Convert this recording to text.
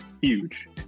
huge